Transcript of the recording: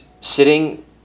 sitting